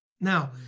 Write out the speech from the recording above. Now